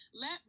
let